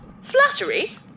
Flattery